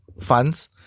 funds